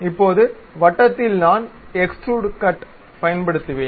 இப்போது வட்டத்தில் நான் எக்ஸ்ட்ரூட் கட் பயன்படுத்துவேன்